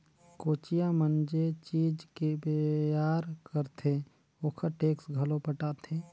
कोचिया मन जे चीज के बेयार करथे ओखर टेक्स घलो पटाथे